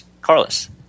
Carlos